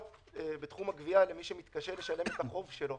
כי זו הפנייה הכי חדשה, זאת